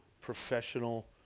professional